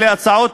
הוא הצעות